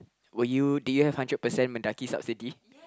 were you did you have hundred percent Mendaki subsidy